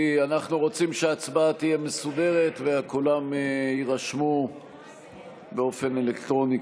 כי אנחנו רוצים שההצבעה תהיה מסודרת וכולם יירשמו באופן אלקטרוני,